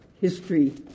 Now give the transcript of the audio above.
history